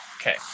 okay